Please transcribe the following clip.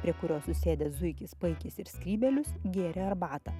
prie kurio susėdę zuikis puikis ir skrybelius gėrė arbatą